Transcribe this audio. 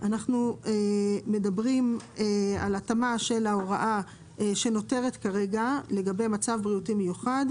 אנחנו מדברים על התאמה של ההוראה שנותרת כרגע לגבי מצב בריאותי מיוחד,